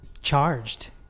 charged